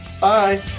bye